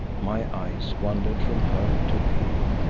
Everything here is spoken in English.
my eyes wandered from her to leo,